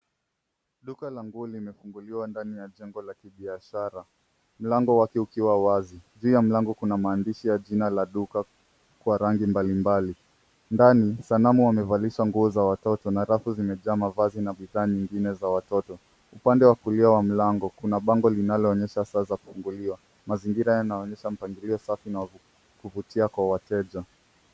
Duka la nguo limefunguliwa ndani ya jengo la kibiashara mlango wake ukiwa wazi. Juu ya mlango kuna maandishi ya jina la duka kwa rangi mbalimbali. Ndani sanamu wamevalishwa nguo za watoto na rafu zimejaa mavazi na bidhaa nyingine za watoto. Upande wa kulia wa mlango kuna bango linaloonyesha saa za kufunguliwa. Mazingira yanaonyesha mpangilio safi na kuvutia kwa wateja.